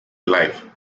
live